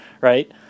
right